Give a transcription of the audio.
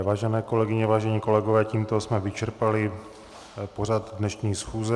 Vážené kolegyně, vážení kolegové, tímto jsme vyčerpali pořad dnešní schůze.